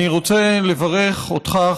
אני רוצה לברך אותך,